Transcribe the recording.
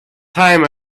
time